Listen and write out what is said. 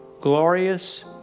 glorious